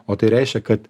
o tai reiškia kad